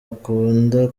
akunda